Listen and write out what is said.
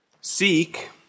Seek